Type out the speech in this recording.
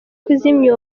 kuzimya